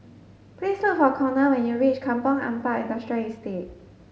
please look for Conner when you reach Kampong Ampat Industrial Estate